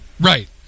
Right